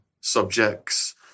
subjects